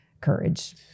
courage